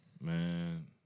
man